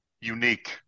unique